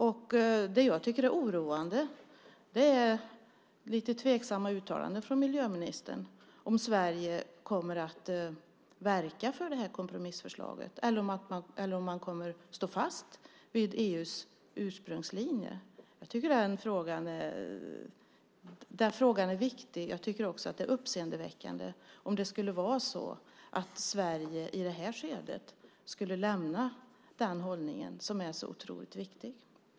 Jag tycker att det är oroande att det har kommit lite tveksamma uttalanden från miljöministern när det gäller om Sverige kommer att verka för det här kompromissförslaget eller om man kommer att stå fast vid EU:s ursprungslinje. Jag tycker att den frågan är viktig. Jag tycker också att det är uppseendeväckande om Sverige i det här skedet skulle lämna den hållningen som är så otroligt viktig.